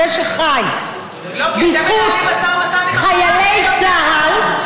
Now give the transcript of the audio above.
זה שחי בזכות חיילי צה"ל,